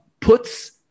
puts